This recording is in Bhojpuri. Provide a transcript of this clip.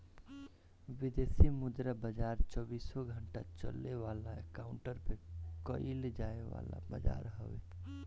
विदेशी मुद्रा बाजार चौबीसो घंटा चले वाला काउंटर पे कईल जाए वाला बाजार हवे